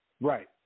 Right